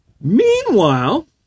Meanwhile